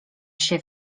się